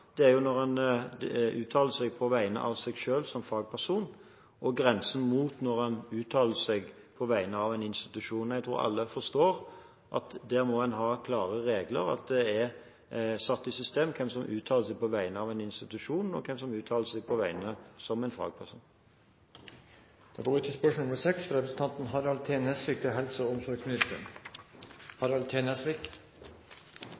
fagperson, og når en uttaler seg på vegne av en institusjon. Jeg tror alle forstår at der må en ha klare regler, at det er satt i system hvem som uttaler seg på vegne av en institusjon, og hvem som uttaler seg som en fagperson. «I den politiske plattformen for en regjering utgått av Høyre og Fremskrittspartiet står det at «Regjeringen vil ta initiativ til